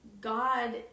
god